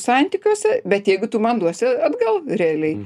santykiuose bet jeigu tu man duosi atgal realiai